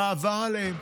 מה עבר עליהם.